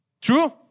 True